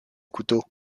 couteau